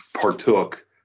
partook